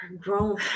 grown